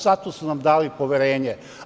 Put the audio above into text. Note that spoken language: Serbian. Zato su nam dali poverenje.